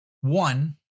One